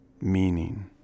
meaning